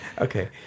Okay